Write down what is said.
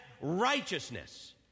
righteousness